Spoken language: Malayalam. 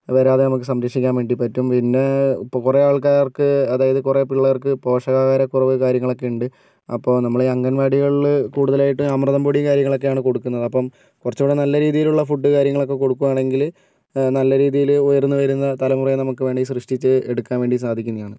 വരാതെ നമ്മുക്ക് സംരക്ഷിക്കാം വേണ്ടി പറ്റും പിന്നെ ഇപ്പോൾ കുറെ ആൾക്കാർക്ക് അതായത് കുറെ പിള്ളേർക്ക് പോഷകാഹാര കുറവ് കാര്യങ്ങളൊക്കെ ഉണ്ട് അപ്പോൾ നമ്മൾ അങ്കണവാടികളിൽ കൂടുതലായിട്ടും അമൃതംപൊടി കാര്യങ്ങളൊക്കെയാണ് കൊടുക്കുന്നത് അപ്പോൾ കുറച്ച് കൂടി നല്ല രീതിയിലുള്ള ഫുഡ് കാര്യങ്ങളൊക്കെ കൊടുക്കുകയാണെങ്കിൽ നല്ല രീതിയിൽ ഉയർന്നു വരുന്ന തലമുറയെ നമുക്ക് വേണ്ടി സൃഷ്ടിച്ച് എടുക്കാൻ വേണ്ടി സാധിക്കുന്നതാണ്